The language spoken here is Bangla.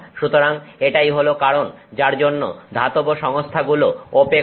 সুতরাং এটাই হলো কারণ যার জন্য ধাতব সংস্থাগুলো ওপেক হয়